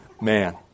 man